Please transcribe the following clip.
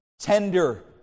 tender